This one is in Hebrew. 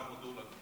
וכולם הודו לנו.